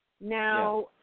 Now